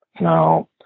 Now